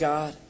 God